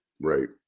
right